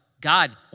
God